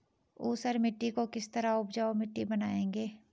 ऊसर मिट्टी को किस तरह उपजाऊ मिट्टी बनाएंगे?